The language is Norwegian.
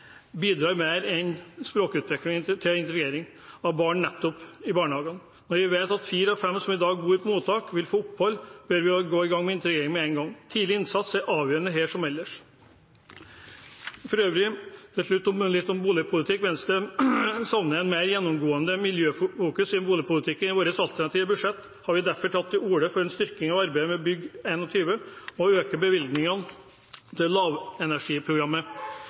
bidrar mer enn språkutvikling til integrering av barn nettopp i barnehagen. Når vi vet at fire av fem som i dag bor på mottak, vil få opphold, bør vi gå i gang med integrering med en gang. Tidlig innsats er avgjørende her som ellers. Til slutt litt om oljepolitikk: Venstre savner et mer gjennomgående miljøfokus i oljepolitikken. I vårt alternative budsjett har vi derfor tatt til orde for en styrkning av arbeidet med Bygg21 og øker bevilgningene til Lavenergiprogrammet.